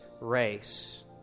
race